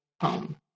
home